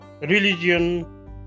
religion